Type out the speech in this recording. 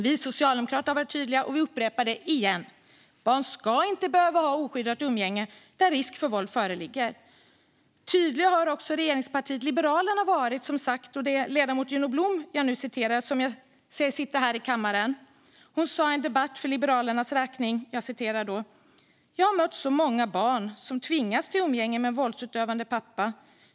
Vi socialdemokrater har varit tydliga, och vi upprepar det i dag igen: Barn ska inte behöva ha oskyddat umgänge där risk för våld föreligger. Tydliga har också regeringspartiet Liberalerna varit, som sagt, och det är ledamoten Juno Blom jag nu citerar. Jag ser henne sitta här i kammaren. Hon sa i en debatt för Liberalernas räkning: "Jag har mött så många barn som tvingas till umgänge med en våldsutövande pappa.